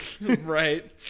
Right